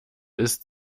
ist